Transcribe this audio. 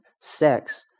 sex